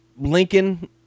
Lincoln